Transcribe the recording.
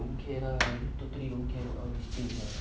don't care lah totally don't care about all these things ah